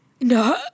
No